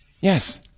Yes